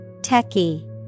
Techie